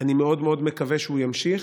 ואני מאוד מאוד מקווה שהוא ימשיך.